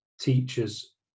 teachers